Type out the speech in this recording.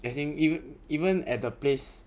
as in even even at the place